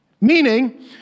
Meaning